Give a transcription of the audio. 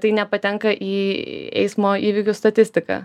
tai nepatenka į eismo įvykių statistiką